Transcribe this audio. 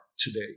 today